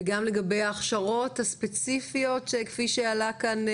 וגם לגבי ההכשרות הספציפיות שכפי שעלה כאן,